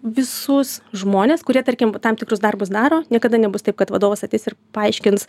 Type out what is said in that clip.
visus žmones kurie tarkim va tam tikrus darbus daro niekada nebus taip kad vadovas ateis ir paaiškins